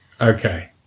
Okay